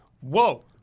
Whoa